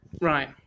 Right